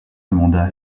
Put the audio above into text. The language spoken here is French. demanda